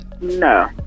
No